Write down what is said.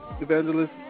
Evangelist